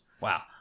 Wow